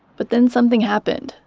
but then something happened.